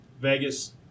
Vegas